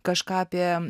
kažką apie